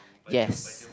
yes